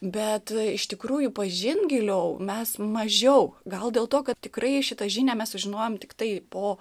bet iš tikrųjų pažint giliau mes mažiau gal dėl to kad tikrai šitą žinią mes sužinojom tiktai po